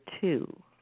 two